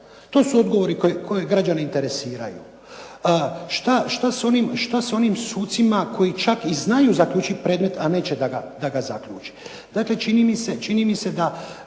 To su odgovori koji građane interesiraju. Šta s onim sucima koji čak i znaju zaključit predmet, a neće da ga zaključe? Dakle, čini mi se da